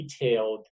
detailed